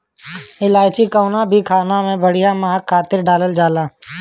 इलायची कवनो भी खाना में बढ़िया महक खातिर डालल जाला